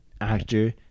actor